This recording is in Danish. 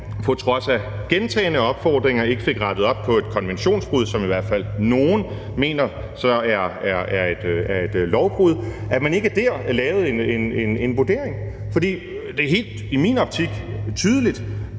på trods af gentagne opfordringer ikke fik rettet op på et konventionsbrud, som i hvert fald nogle mener var et lovbrud, at man ikke dér lavede en vurdering. For det er i min optik helt tydeligt,